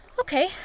Okay